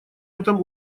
этом